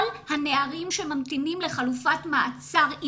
כל הנערים שממתינים לחלופת מעצר,